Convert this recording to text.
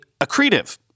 accretive